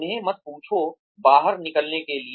उन्हें मत पूछो बाहर निकलने के लिए